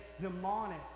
demonic